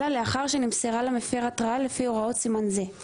אלא לאחר שנמסרה למפר התראה לפי הוראות סימן זה";